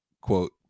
quote